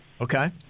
Okay